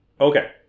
Okay